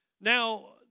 Now